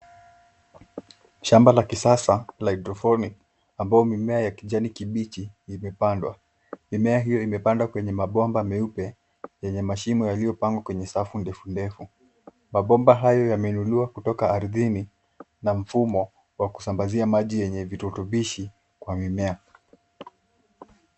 Shamba la kisasa la haidroponi ambao mimea ya kijani kibichi imepandwa. Mimea hiyo imepandwa kwenye mabomba meupe yenye mashimo yaliyopangwa kwenye safu ndefu ndefu. Mabomba hayo yameinuliwa kutoka ardhini na mfumo wa kusambazia maji yenye virutubishi kwa mimea.